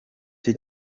cye